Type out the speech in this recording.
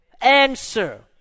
answer